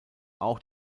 auch